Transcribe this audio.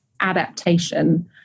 adaptation